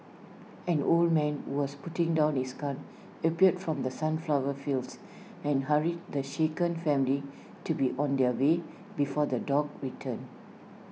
an old man who was putting down his gun appeared from the sunflower fields and hurried the shaken family to be on their way before the dogs return